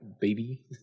baby